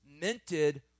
minted